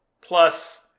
plus